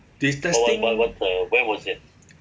they testing